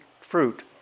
fruit